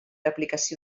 aplicació